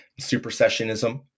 supersessionism